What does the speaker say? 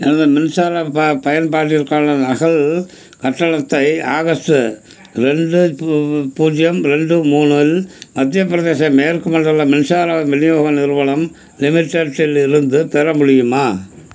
எனது மின்சார ப பயன்பாட்டிற்கான நகல் கட்டணத்தை ஆகஸ்ட்டு ரெண்டாயிரத்தி பூ பூஜ்ஜியம் ரெண்டு மூணில் மத்தியப் பிரதேசம் மேற்கு மண்டல மின்சார விநியோக நிறுவனம் லிமிடெட்டிலிருந்து பெற முடியுமா